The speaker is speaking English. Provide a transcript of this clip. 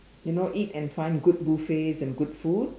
you know eat and find good buffets and good food